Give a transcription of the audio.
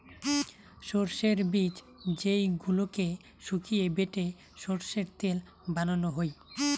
সরষের বীজ যেইগুলোকে শুকিয়ে বেটে সরষের তেল বানানো হই